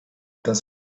das